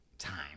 Time